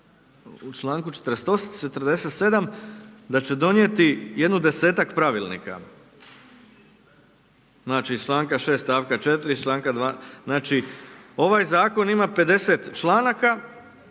u članku 47. da će donijeti jedno desetak pravilnika, znači iz članka 6. stavka 4. znači ovaj zakon ima 50 članaka,